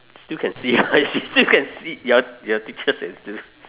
still can see ah she still can see your your teacher can still see